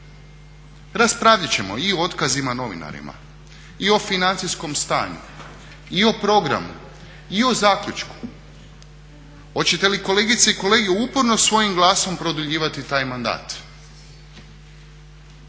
raspravljat ćemo i o otkazima novinarima, i o financijskom stanju, i o programu, i o zaključku. Hoćete li kolegice i kolege uporno svojim glasom produljivati taj mandat?